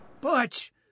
Butch